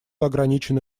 ограничены